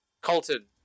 Colton